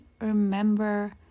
remember